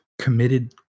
committed